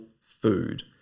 food